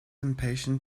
impatient